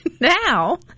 now